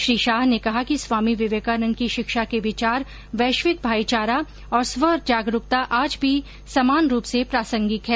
श्री शाह ने कहा कि स्वामी विवेकांनद की शिक्षा के विचार वैश्विक भाईचारा और स्वजागरूकता आज भी समान रूप से प्रासंगिक हैं